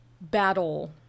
battle